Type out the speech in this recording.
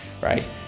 right